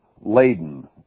Laden